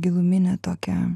giluminę tokią